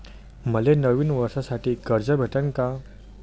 मले नवीन वर्षासाठी कर्ज भेटन का?